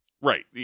right